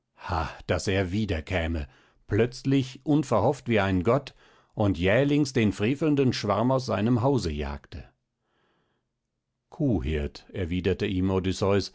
daß er wiederkäme plötzlich unverhofft wie ein gott und jählings den frevelnden schwarm aus seinem hause jagte kuhhirt erwiderte